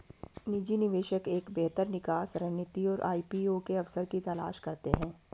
निजी निवेशक एक बेहतर निकास रणनीति और आई.पी.ओ के अवसर की तलाश करते हैं